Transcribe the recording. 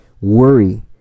worry